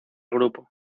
grupo